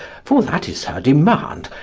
for that is her demand,